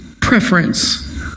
preference